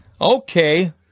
Okay